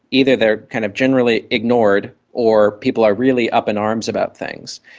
either they are kind of generally ignored or people are really up in arms about things.